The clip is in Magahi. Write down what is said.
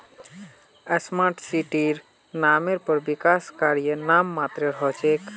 स्मार्ट सिटीर नामेर पर विकास कार्य नाम मात्रेर हो छेक